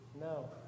No